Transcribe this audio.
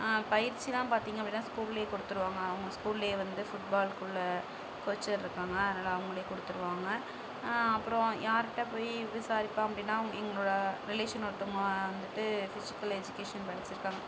பயிற்சிலாம் பார்த்தீங்க அப்படின்னா ஸ்கூல்லேயே கொடுத்துருவாங்க அவங்க ஸ்கூல்லையே வந்து ஃபுட்பால்க்குள்ளே கோச்சர் இருக்காங்க அதனால் அவங்களே கொடுத்துருவாங்க அப்புறோம் யார்கிட்ட போய் விசாரிப்பான் அப்படின்னா எங்களோடய ரிலேஷன் ஒருத்தங்க வந்துவிட்டு ஃபிஸிக்கல் எஜுகேஷன் படித்திருக்காங்க